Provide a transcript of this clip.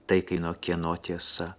tai kai nuo kieno tiesa